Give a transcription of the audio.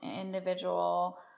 individual